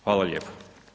Hvala lijepa.